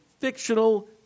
fictional